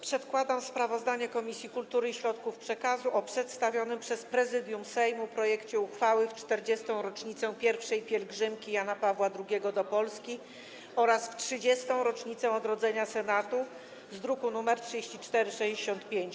Przedkładam sprawozdanie Komisji Kultury i Środków Przekazu o przedstawionym przez Prezydium Sejmu projekcie uchwały w 40. rocznicę I pielgrzymki Jana Pawła II do Polski oraz w 30. rocznicę odrodzenia Senatu z druku nr 3465.